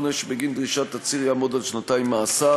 העונש בגין דרישת תצהיר יעמוד על שנתיים מאסר,